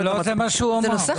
אבל לא זה מה שהוא אמר.